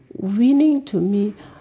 winning to me